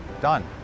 done